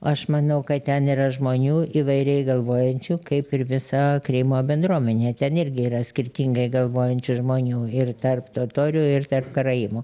aš manau kad ten yra žmonių įvairiai galvojančių kaip ir visa krymo bendruomenė ten irgi yra skirtingai galvojančių žmonių ir tarp totorių ir tarp karaimų